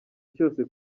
cyose